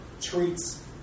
treats